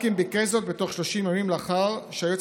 רק אם ביקש זאת בתוך 30 ימים לאחר שהיועץ